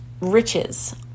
riches